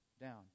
down